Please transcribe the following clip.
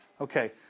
Okay